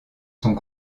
sont